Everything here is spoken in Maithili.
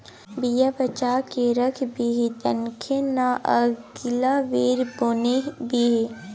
बीया बचा कए राखबिही तखने न अगिला बेर बुनबिही